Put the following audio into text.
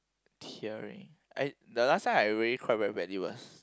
tearing I the last time I really cried very badly was